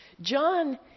John